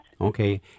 Okay